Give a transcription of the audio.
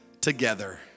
together